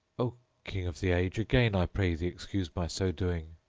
o king of the age, again i pray thee excuse my so doing!